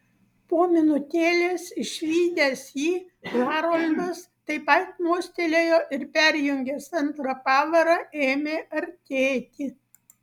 po minutėlės išvydęs jį haroldas taip pat mostelėjo ir perjungęs antrą pavarą ėmė artėti